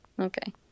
okay